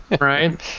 Right